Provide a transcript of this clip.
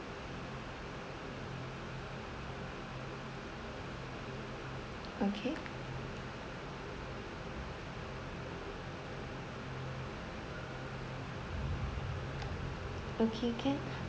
okay okay can